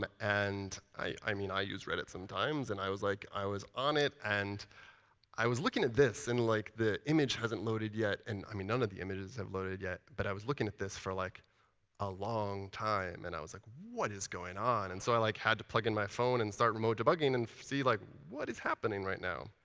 and, i mean, i use reddit sometimes. and i was like i was on it and i was looking at this, and like, the image hasn't loaded yet. and i mean, none of the images have loaded yet. but i was looking at this for like a long time. and i was like, what is going on? and so i like had to plug in my phone and start remote debugging and see like what is happening right now?